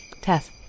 Tess